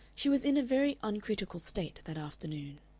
she was in a very uncritical state that afternoon.